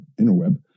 interweb